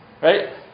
Right